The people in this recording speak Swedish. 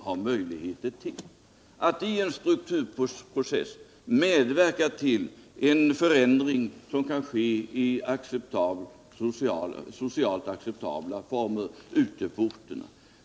Här är det fråga om att i en strukturomvandlingsprocess medverka till att förändringarna sker i socialt acceptabla former ute på orterna.